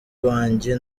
wanjye